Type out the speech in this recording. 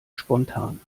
spontan